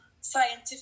scientific